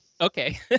Okay